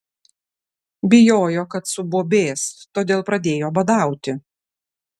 bijojo kad subobės todėl pradėjo badauti